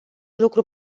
lucru